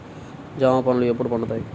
జామ పండ్లు ఎప్పుడు పండుతాయి?